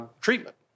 treatment